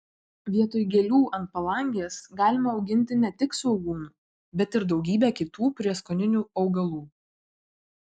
vietoj gėlių ant palangės galima auginti ne tik svogūnų bet ir daugybę kitų prieskoninių augalų